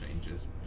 changes